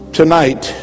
tonight